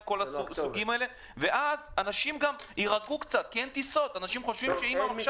אוטומטית ואז האנשים יירגעו כי אין טיסות והם חושבים שאם לא